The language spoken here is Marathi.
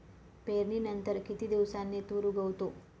पेरणीनंतर किती दिवसांनी तूर उगवतो?